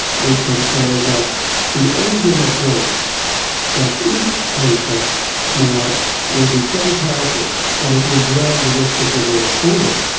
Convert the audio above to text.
we can say that the engine of growth that's in asia now will be so powerful that it will drag the rest of the world forward.